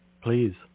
Please